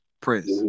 press